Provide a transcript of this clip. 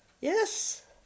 yes